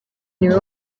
niwe